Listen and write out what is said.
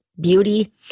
beauty